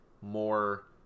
more